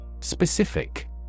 Specific